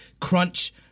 crunch